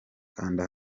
kanda